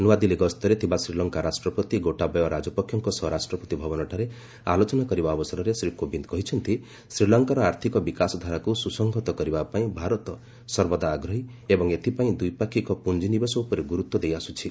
ନୂଆଦିଲ୍ଲୀ ଗସ୍ତରେ ଥିବା ଶ୍ରୀଲଙ୍କା ରାଷ୍ଟ୍ରପତି ଗୋଟାବୟ ରାଜପକ୍ଷଙ୍କ ସହ ରାଷ୍ଟ୍ରପତି ଭବନଠାରେ ଆଲୋଚନା କରିବା ଅବସରରେ ଶ୍ରୀ କୋବିନ୍ଦ କହିଛନ୍ତି ଯେ ଶ୍ରୀଲଙ୍କାର ଆର୍ଥିକ ବିକାଶ ଧାରାକୁ ସୁସଂଘତ କରିବା ପାଇଁ ଭାରତ ସର୍ବଦା ଆଗ୍ରହୀ ଏବଂ ଏଥିପାଇଁ ଦ୍ୱିପାକ୍ଷିକ ପୁଞ୍ଜିନିବେଶ ଉପରେ ଗୁରୁତ୍ୱ ଦେଇଆସୁଛି